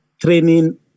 training